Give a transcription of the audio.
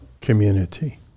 community